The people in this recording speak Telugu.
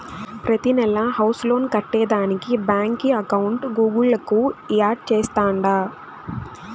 ప్రతినెలా హౌస్ లోన్ కట్టేదానికి బాంకీ అకౌంట్ గూగుల్ కు యాడ్ చేస్తాండా